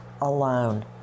alone